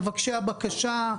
מבקשי הבקשה,